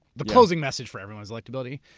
the closing message for everyone is electability.